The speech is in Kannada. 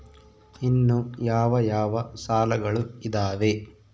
ಇನ್ನು ಯಾವ ಯಾವ ಸಾಲಗಳು ಇದಾವೆ?